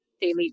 daily